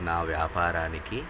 నా వ్యాపారానికి